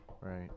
Right